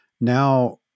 now